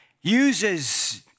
uses